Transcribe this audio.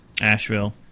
Asheville